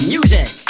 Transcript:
Music